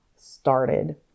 started